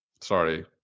sorry